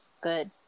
good